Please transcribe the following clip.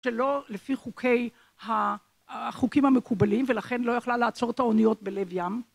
שלא לפי חוקי החוקים המקובלים ולכן לא יכלה לעצור את האוניות בלב ים